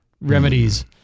remedies